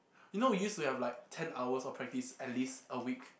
you know we used to have like ten hours of practice at least a week